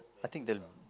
I think the